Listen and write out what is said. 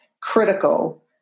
critical